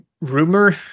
rumor